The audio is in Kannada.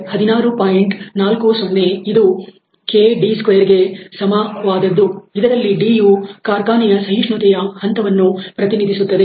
40 ಇದು kd2ಗೆ ಸಮವಾದದ್ದು ಇದರಲ್ಲಿ 'd' ಯು ಕಾರ್ಖಾನೆಯ ಸಹಿಷ್ಣುತೆಯ ಹಂತವನ್ನು ಪ್ರತಿನಿಧಿಸುತ್ತದೆ